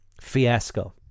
fiasco